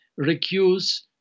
recuse